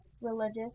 religious